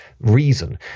reason